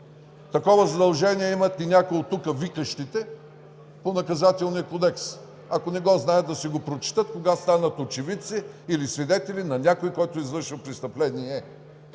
Такова задължение имат и някой от викащите тук по Наказателния кодекс – ако не го знаят, да си го прочетат, когато станат очевидци или свидетели на някой, който извършва престъпление.